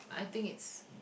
I think it's